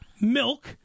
milk